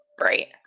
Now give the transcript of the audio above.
Right